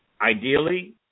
ideally